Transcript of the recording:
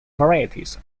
varieties